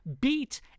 beat